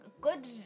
good